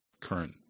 current